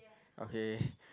okay